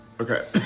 Okay